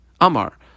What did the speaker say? Amar